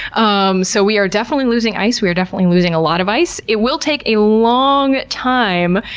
um so, we are definitely losing ice, we are definitely losing a lot of ice. it will take a long time,